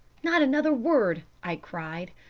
not another word i cried.